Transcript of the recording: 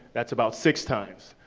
that's about six times.